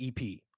EP